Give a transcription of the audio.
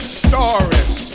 stories